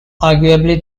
arguably